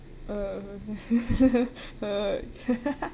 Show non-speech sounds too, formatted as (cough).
uh (laughs) uh (laughs)